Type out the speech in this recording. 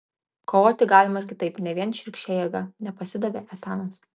kovoti galima ir kitaip ne vien šiurkščia jėga nepasidavė etanas